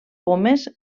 pomes